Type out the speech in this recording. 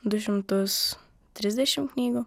du šimtus trisdešimt knygų